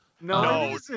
No